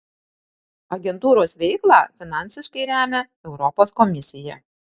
agentūros veiklą finansiškai remia europos komisija